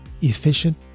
efficient